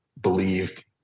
believed